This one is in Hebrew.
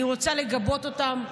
אני רוצה לגבות אותם,